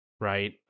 right